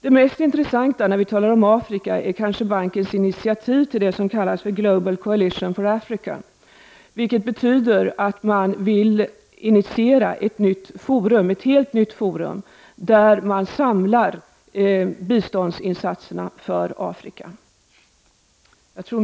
Det mest intressanta, när vi talar om Afrika, är kanske bankens initiativ till det som kallas för Global Coalition for Africa, vilket betyder att man vill initiera ett helt nytt forum där biståndsinsatserna för Afrika samlas.